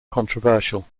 controversial